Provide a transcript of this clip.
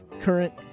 current